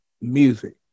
music